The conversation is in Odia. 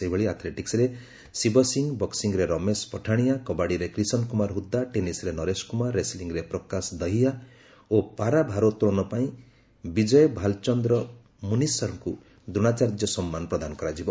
ସେହିଭଳି ଆଥ୍ଲେଟିକ୍୍ରରେ ଶିବ ସିଂ ବକ୍କିଂରେ ରମେଶ ପଠାଶିଆ କବାଡ଼ିରେ କ୍ରିଷନ କୁମାର ହୁଦ୍ଦା ଟେନିସ୍ରେ ନରେଶ କୁମାର ରେସ୍ଲିଂରେ ପ୍ରକାଶ ଦହିଆ ଓ ପାରାଭାରୋତ୍ତଳନ କ୍ରୀଡ଼ା ପାଇଁ ବିଜୟ ଭାଲ୍ ଚନ୍ଦ୍ର ମୁନିସରଙ୍କୁ ଦ୍ରୋଣାଚାର୍ଯ୍ୟ ସମ୍ମାନ ପ୍ରଦାନ କରାଯିବ